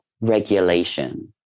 regulation